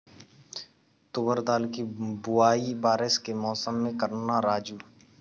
तुवर दाल की बुआई बारिश के मौसम में करना राजू